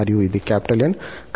మరియు ఇది 𝑁